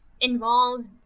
Involves